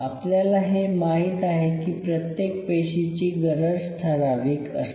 आपल्याला हे माहीत आहे की प्रत्येक पेशीची गरज ठराविक असते